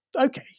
okay